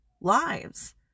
lives